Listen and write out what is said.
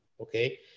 Okay